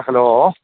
hello